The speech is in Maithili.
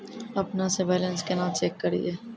अपनों से बैलेंस केना चेक करियै?